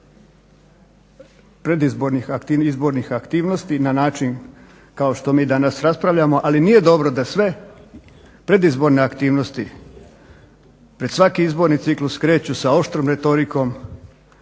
predizbornih aktivnosti na način kao što mi danas raspravljamo. Ali nije dobro da sve predizborne aktivnosti pred svaki izborni ciklus kreću sa oštrom retorikom